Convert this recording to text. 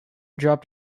dropped